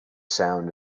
sound